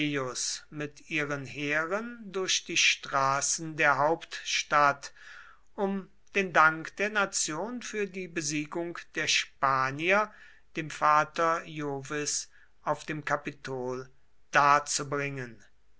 mit ihren heeren durch die straßen der hauptstadt um den dank der nation für die besiegung der spanier dem vater jovis auf dem kapitol